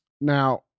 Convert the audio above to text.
Now